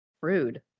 Rude